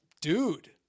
Dude